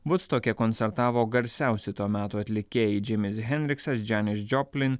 vudstoke koncertavo garsiausi to meto atlikėjai džimis hendriksas džanis džoplin